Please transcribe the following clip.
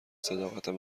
صداقتم